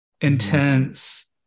intense